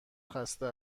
خسته